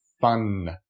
fun